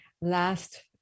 last